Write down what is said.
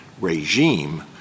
regime